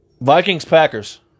Vikings-Packers